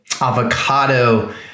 avocado